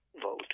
vote